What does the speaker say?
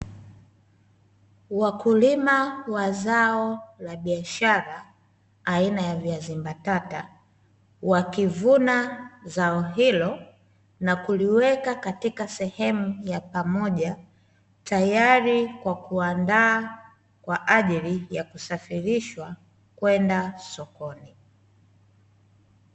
Wakulima wa zao la biashara aina ya viazi mbatata wakivuna zao hilo na kuliweka katika sehemu ya pamoja, tayari kwa kuandaa kwaajili ya kusafirishwa kwenda sokoni.